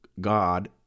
god